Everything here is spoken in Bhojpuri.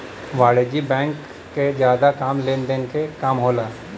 वाणिज्यिक बैंक क जादा काम लेन देन क काम होला